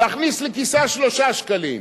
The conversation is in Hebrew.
להכניס לכיסה 3 שקלים?